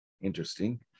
Interesting